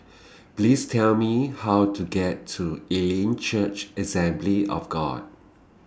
Please Tell Me How to get to Elim Church Assembly of God